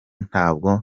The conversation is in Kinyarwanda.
ntabwo